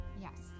Yes